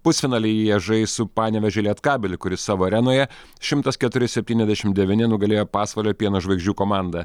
pusfinalyje žais su panevėžio lietkabel kuris savo arenoje šimtas keturi septyniasdešimt devyni nugalėjo pasvalio pieno žvaigždžių komandą